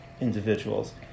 individuals